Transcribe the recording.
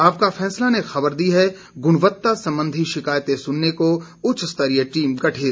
आपका फैसला ने खबर दी है गुणवत्ता संबंधी शिकायतें सुनने को उच्च स्तरीय टीम गठित